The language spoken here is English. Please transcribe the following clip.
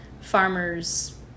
farmers